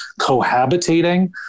cohabitating